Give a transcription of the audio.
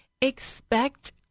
expect